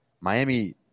Miami